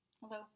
Hello